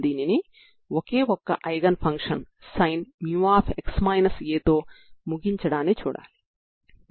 దీని నుండి నేను n లను n 2n1π2L n0123